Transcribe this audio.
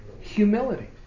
Humility